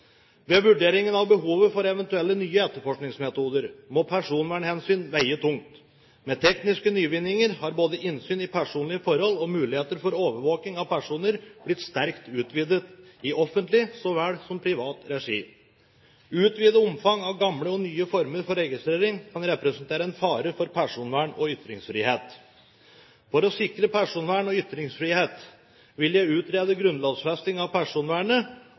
Ved vurderingen av behovet for eventuelle nye etterforskningsmetoder må personvernhensyn veie tungt. Med tekniske nyvinninger har både innsyn i personlige forhold og muligheter for overvåking av personer blitt sterkt utvidet, i offentlig så vel som i privat regi. Utvidet omfang av gamle og nye former for registrering kan representere en fare for personvern og ytringsfrihet. For å sikre personvern og ytringsfrihet vil jeg utrede grunnlovfesting av personvernet